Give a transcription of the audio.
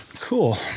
Cool